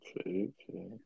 okay